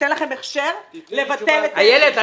שתיתן לכם הכשר לבטל את רכש הגומלין?